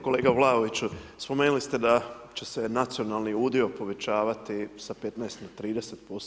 Kolega Vlaoviću, spomenuli ste da će se nacionalni udio povećavati sa 15 na 30%